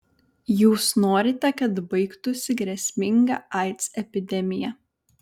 jūs norite kad baigtųsi grėsminga aids epidemija